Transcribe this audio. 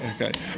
Okay